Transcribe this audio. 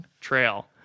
trail